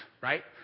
right